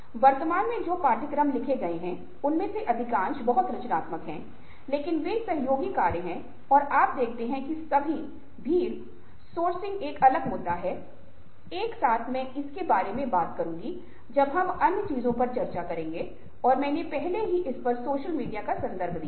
वर्तमान में जो पाठ्यक्रम लिखे गए हैं उनमें से अधिकांश बहुत रचनात्मक हैं लेकिन वे सहयोगी कार्य हैं और आप देखते हैं कि सभी भीड़ सोर्सिंग एक अलग मुद्दा है एक साथ मैं इसके बारे में बात करूंगा जब हम कुछ अन्य चीजों पर चर्चा करेंगे और मैंने पहले ही इस पर सोशल मीडिया का संदर्भ मे चर्चा की है